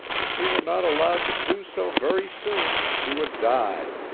if she were not allowed to do so very soon, she would die.